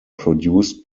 produced